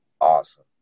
awesome